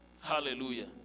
Hallelujah